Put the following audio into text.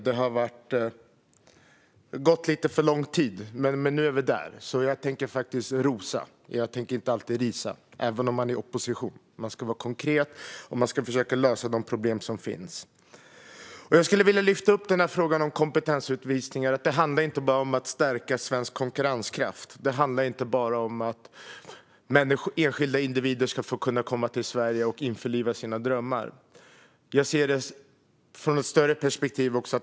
Det har gått lite för lång tid. Men nu är vi där, så jag tänker faktiskt rosa, inte risa, även om jag är i opposition. Man ska vara konkret och försöka lösa de problem som finns. Frågan om kompetensutvisningar handlar inte bara om att stärka svensk konkurrenskraft. Det handlar inte bara om att enskilda individer ska kunna komma till Sverige och uppfylla sina drömmar. Jag ser det från ett större perspektiv.